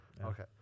Okay